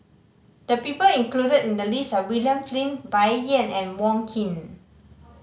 the people included in the list are William Flint Bai Yan and Wong Keen